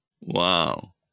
wow